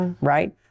Right